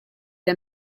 the